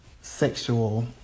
sexual